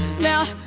now